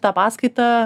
tą paskaitą